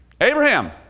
Abraham